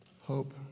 Hope